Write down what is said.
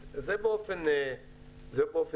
אז זה באופן כללי.